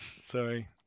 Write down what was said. Sorry